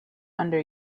under